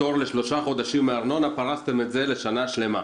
פטור לשלושה חודשים מארנונה פרסתם את זה לשנה שלמה.